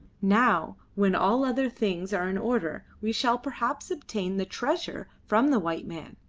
now, when all other things are in order, we shall perhaps obtain the treasure from the white man.